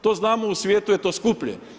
To znamo, u svijetu je to skuplje.